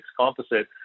composite